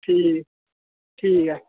ठीक ठीक ऐ